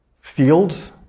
fields